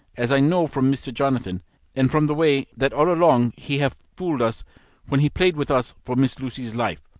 as i know from mr. jonathan and from the way that all along he have fooled us when he played with us for miss lucy's life,